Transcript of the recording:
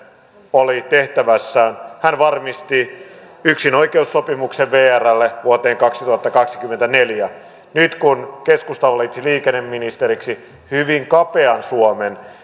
oli tehtävässään hän varmisti yksinoikeussopimuksen vrlle vuoteen kaksituhattakaksikymmentäneljä nyt kun keskusta valitsi liikenneministeriksi hyvin kapean suomen